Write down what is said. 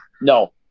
no